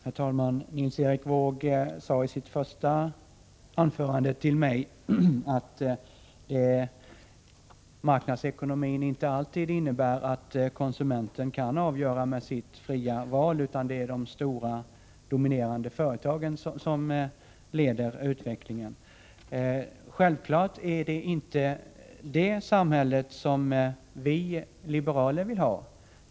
Herr talman! Nils Erik Wååg sade till mig i sin första replik att marknadsekonomin inte alltid innebär att konsumenten kan avgöra med sitt fria val, utan att det är de stora dominerande företagen som leder utvecklingen. Självfallet är det inte ett sådant samhälle som vi liberaler vill ha.